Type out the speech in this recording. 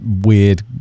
weird